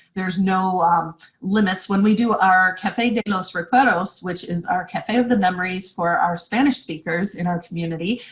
there's no limits. when we do our cafe de los recuerdos, which is our cafe of the memories for our spanish speakers in our community,